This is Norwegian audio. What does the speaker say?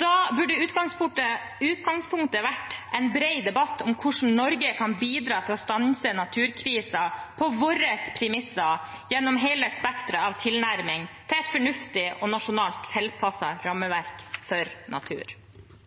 Da burde utgangspunktet vært en bred debatt om hvordan Norge kan bidra til å stanse naturkrisen på våre premisser gjennom hele spekteret av tilnærming til et fornuftig og nasjonalt tilpasset rammeverk for natur.